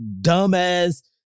dumbass